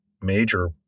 major